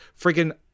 freaking